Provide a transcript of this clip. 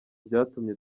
byatumye